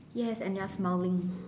yes and they are smiling